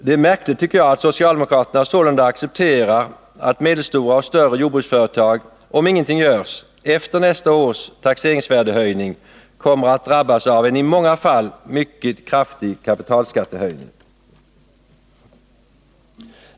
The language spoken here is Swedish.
Det är märkligt att socialdemokraterna sålunda accepterar att medelstora och större jordbruksföretag, om ingenting görs, efter nästa års taxeringsvärdehöjning kommer att drabbas av en i många fall mycket kraftig kapitalskattehöjning.